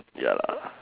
ya lah